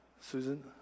Susan